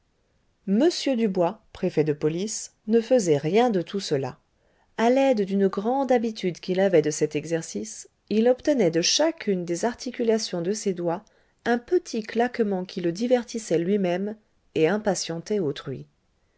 m dubois préfet de police ne faisait rien de tout cela a l'aide d'une grande habitude qu'il avait de cet exercice il obtenait de chacune des articulations de ses doigts un petit claquement qui le divertissait lui-même et impatientait autrui